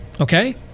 okay